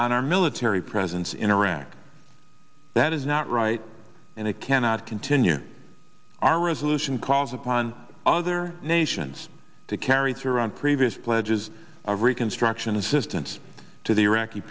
on our military presence in iraq that is not right and it cannot continue our resolution calls upon other nations to carry through on previous pledges of reconstruction assistance to the iraqi